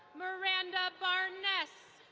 miranda barness.